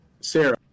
Sarah